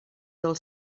del